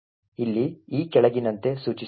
ಇಲ್ಲಿ ಈ ಕೆಳಗಿನಂತೆ ಸೂಚಿಸುತ್ತಿದೆ